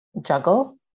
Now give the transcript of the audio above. juggle